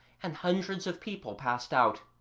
and hundreds of people passed out,